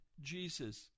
Jesus